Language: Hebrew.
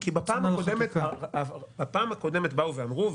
כי בפעם הקודמת באו ואמרו,